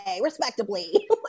respectably